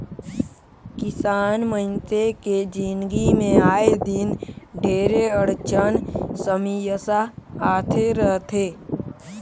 किसान मइनसे के जिनगी मे आए दिन ढेरे अड़चन समियसा आते रथे